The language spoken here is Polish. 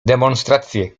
demonstracje